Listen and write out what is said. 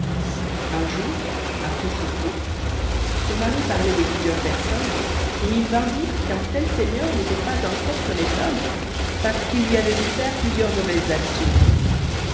un jour après souper son mari parlait de plusieurs personnes et il vint à dire qu'un tel seigneur n'était pas un fort honnête homme parce qu'il lui avait vu faire plusieurs mauvaises actions